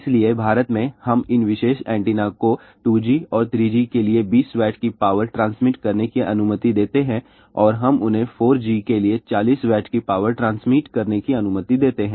इसलिए भारत में हम इन विशेष एंटेना को 2G और 3G के लिए 20 W की पावर ट्रांसमिट करने की अनुमति देते हैं और हम उन्हें 4G के लिए 40 W की पावर ट्रांसमिट करने की अनुमति देते हैं